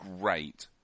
great